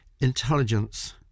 intelligence